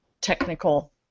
technical